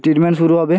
treatment শুরু হবে